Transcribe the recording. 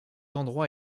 endroit